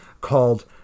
called